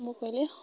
ମୁଁ କହିଲି